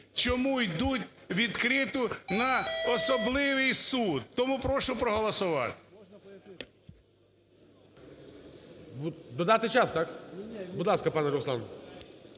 чому йдуть відкрито на особливий суд? Тому прошу проголосувати. ГОЛОВУЮЧИЙ. Додати час, так? Будь ласка, пане Руслан.